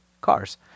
cars